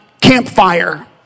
campfire